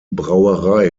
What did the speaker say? brauerei